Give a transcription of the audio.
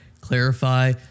clarify